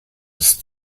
ist